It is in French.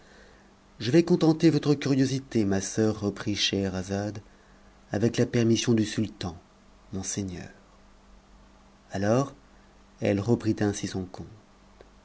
je vais contenter votre curiosité ma soeur reprit scheherazade avec la permission du sultan mon seigneur alors elle reprit ainsi son conte